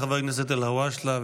תודה לחבר הכנסת אלהואשלה,